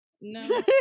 No